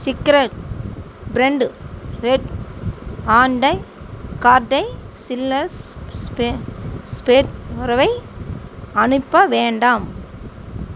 சிக்ரா ப்ரண்டு red and அன் கார்டை சில்லர்ஸ் ஸ்பே ஸ்பேரேவை அனுப்ப வேண்டாம்